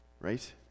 right